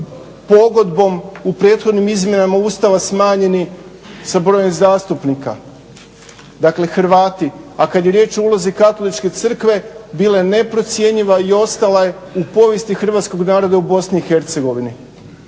pogodbom u prethodnim izmjenama Ustava smanjeni sa brojem zastupnika, dakle Hrvati. A kad je riječ o ulozi katoličke Crkve bila je neprocjenjiva i ostala je u povijesti hrvatskog naroda u BiH,